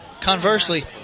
conversely